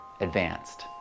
advanced